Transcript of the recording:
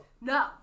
No